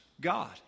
God